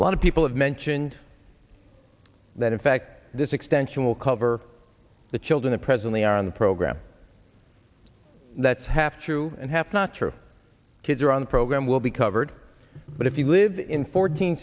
lot of people have mentioned that in fact this extension will cover the children presently on the program that's half true and half not true kids are on the program will be covered but if you live in fourteen